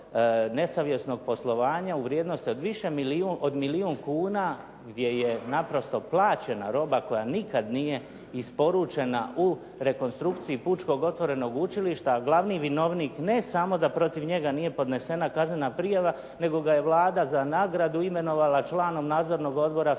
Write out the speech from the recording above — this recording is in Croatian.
nesavjesnog poslovanja u vrijednosti od milijun kuna gdje je naprosto plaćena roba koja nikad nije isporučena u rekonstrukciji Pučkog otvorenog učilišta glavni vinovnik ne samo da protiv njega nije podnesena kaznena prijava nego ga je Vlada za nagradu imenovala članom Nadzornog odbora